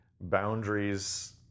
boundaries